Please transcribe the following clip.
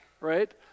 right